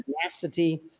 tenacity